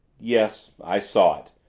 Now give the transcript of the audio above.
yes i saw it,